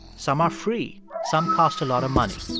some are free. some cost a lot of money.